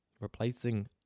replacing